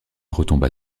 retomba